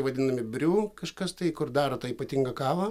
vadinami briū kažkas tai kur daro tą ypatingą kavą